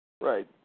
right